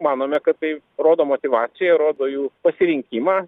manome kad tai rodo motyvaciją rodo jų pasirinkimą